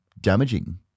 damaging